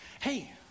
hey